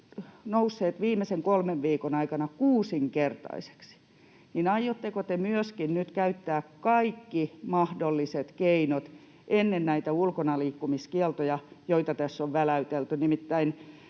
nousseet viimeisen kolmen viikon aikana kuusinkertaisiksi, niin aiotteko te myöskin nyt käyttää kaikki mahdolliset keinot ennen näitä ulkonaliikkumiskieltoja, joita tässä on väläytelty? Nimittäin